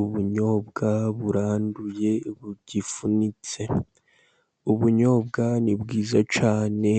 Ubunyobwa buranduye bugifunitse. Ubunyobwa ni bwiza cyane